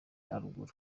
haruguru